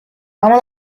اما